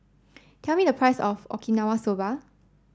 tell me the price of Okinawa soba